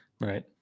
Right